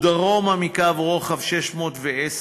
או דרומה מקו רוחב 610,